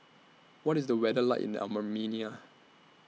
What IS The weather like in Armenia